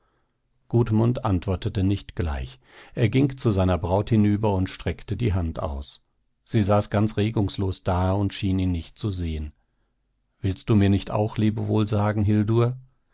gudmund antwortete nicht gleich er ging zu seiner braut hinüber und streckte die hand aus sie saß ganz regungslos da und schien ihn nicht zu sehen willst du mir nicht lebewohl sagen